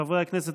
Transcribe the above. חברי הכנסת,